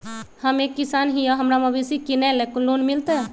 हम एक किसान हिए हमरा मवेसी किनैले लोन मिलतै?